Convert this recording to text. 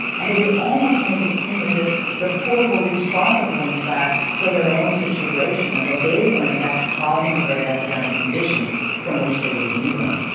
and they would almost make it seem as if the poor were responsible, in fact, for their own situation and that they were, in fact, causing the very epidemic conditions from which they were reeling